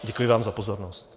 Děkuji vám za pozornost.